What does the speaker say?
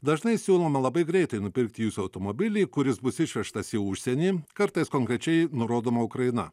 dažnai siūloma labai greitai nupirkti jūsų automobilį kuris bus išvežtas į užsienį kartais konkrečiai nurodoma ukraina